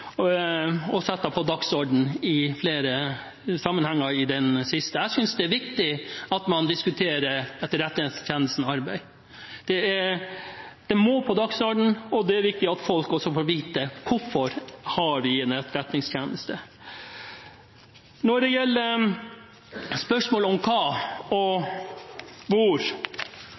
og blitt satt på dagsordenen i flere sammenhenger i det siste. Jeg synes det er viktig at man diskuterer Etterretningstjenestens arbeid. Det må være på dagsordenen, og det er viktig at folk også får vite hvorfor vi har en etterretningstjeneste. Når det gjelder spørsmålet om hva man arbeider med, og